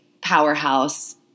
powerhouse